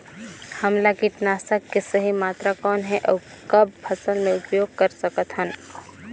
हमला कीटनाशक के सही मात्रा कौन हे अउ कब फसल मे उपयोग कर सकत हन?